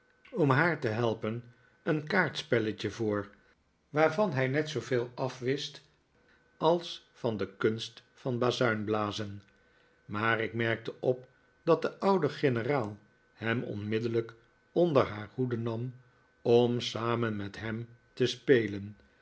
om haar te helpen een kaartspelletje voor waarvan hij net zooveel afwist als van de kunst van bazuinblazen maar ik merkte op dat de oude generaal hem onmiddellijk onder haar hoede nam om samen met hem te spelen